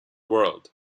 world